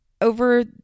over